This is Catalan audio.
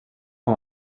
com